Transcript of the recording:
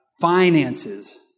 finances